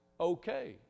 okay